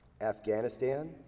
Afghanistan